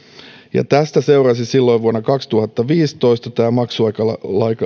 ja tästä seurasi silloin vuonna kaksituhattaviisitoista tämän maksuaikalain